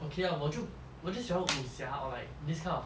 okay lah 我就我就喜欢武侠 or these kind of